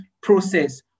process